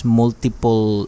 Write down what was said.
multiple